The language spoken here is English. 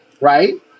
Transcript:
right